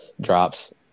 Drops